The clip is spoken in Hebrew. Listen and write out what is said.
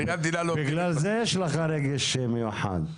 בגלל זה יש לך רגש מיוחד.